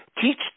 teach